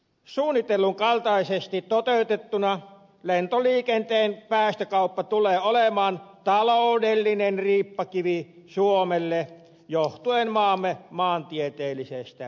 suunnitellun kaltaisesti toteutettuna lentoliikenteen päästökauppa tulee olemaan taloudellinen riippakivi suomelle johtuen maamme maantieteellisestä sijainnista